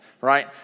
right